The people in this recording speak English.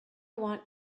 want